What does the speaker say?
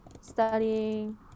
studying